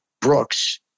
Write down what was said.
Brooks